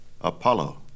Apollo